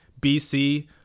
BC